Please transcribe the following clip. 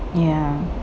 ya